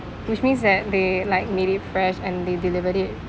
which means that they like made it fresh and they delivered it